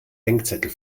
denkzettel